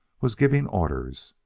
was giving orders.